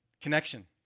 connection